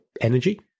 energy